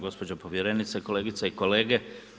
Gospođo povjerenice, kolegice i kolege.